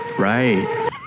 Right